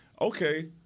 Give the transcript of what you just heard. okay